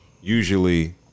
usually